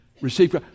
received